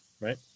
right